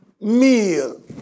meal